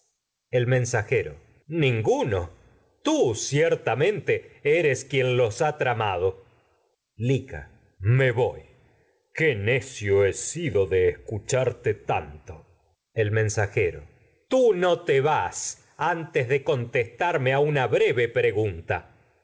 enredos traes tú ciertamente eres mensajero ninguno quien los ha tramadoi lica me voy que necio he sido de escucharte tanto tragrdias dé sófocles el mensajero breve tii no te vas antes de contestarme a una pregunta